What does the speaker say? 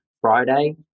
Friday